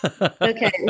okay